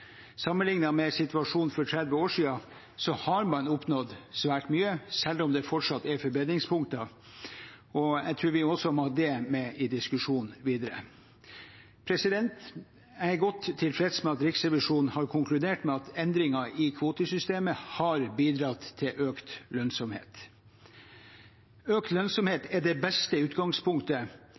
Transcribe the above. med situasjonen for 30 år siden har man oppnådd svært mye, selv om det fortsatt er forbedringspunkter, og jeg tror vi også må ha det med i diskusjonen videre. Jeg er godt tilfreds med at Riksrevisjonen har konkludert med at endringen i kvotesystemet har bidratt til økt lønnsomhet. Økt lønnsomhet er det beste utgangspunktet